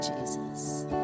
Jesus